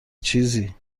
چیزی